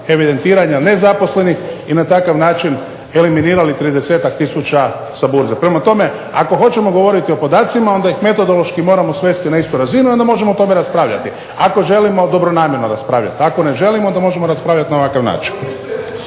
evidentiranja nezaposlenih i na takav način eliminirali 30-tak tisuća sa burze. Prema tome, ako hoćemo govoriti o podacima onda ih metodološki moramo svesti na istu razinu i onda možemo o tome raspravljati, ako želimo dobronamjerno raspravljati. Ako ne želimo onda možemo raspravljat na ovakav način.